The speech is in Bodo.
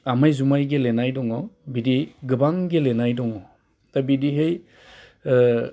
आमाय जुमाय गेलेनाय दङ बिदि गोबां गेलेनाय दङ दा बिदिहै